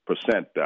percent